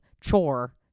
chore